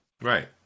Right